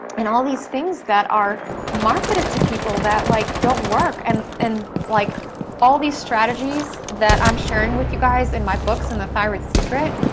and all these things that are marketed to people that like don't work. and and like all these strategies that i'm sharing with guys, and my books, and the thyroid secret,